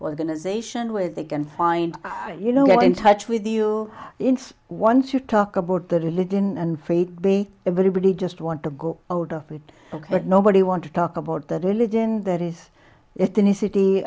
organization where they can find you know get in touch with you once you talk about the religion and faith everybody just want to go out of it but nobody want to talk about the religion that is it in a city